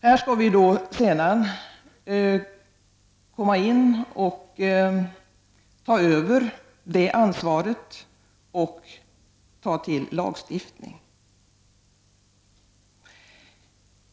Nu skall vi komma in och ta över detta ansvar genom att ta till lagstiftning.